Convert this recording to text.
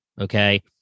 okay